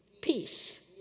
Peace